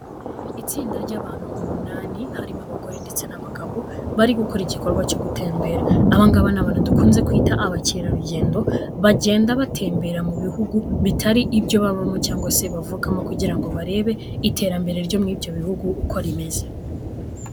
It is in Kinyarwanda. Itsinda ry'abantu umunani, harimo abagore ndetse n'abagabo bari gukora igikorwa cyo gutembera, aba ngaba abantu dukunze kwita abakerarugendo bagenda batembera mu bihugu bitari ibyo babamo cyangwa se bavukamo kugira ngo barebe iterambere ryo muri ibyo bihugu uko rimeze.